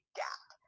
gap